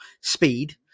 speed